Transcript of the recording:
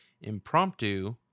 Impromptu